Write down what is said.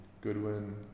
Goodwin